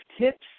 tips